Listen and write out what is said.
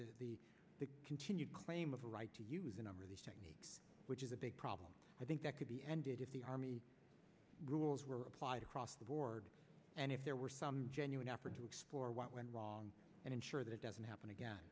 the continued claim of the right to use a number of these techniques which is a big problem i think that could be ended if the army rules were applied across the board and if there were some genuine effort to explore what went wrong and ensure that it doesn't happen again